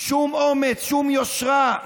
שום אומץ, שום יושרה.